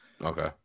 Okay